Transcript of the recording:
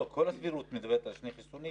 לא כל הסבירות מדברת על שני חיסונים,